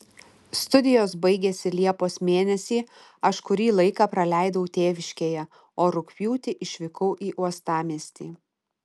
studijos baigėsi liepos mėnesį aš kurį laiką praleidau tėviškėje o rugpjūtį išvykau į uostamiestį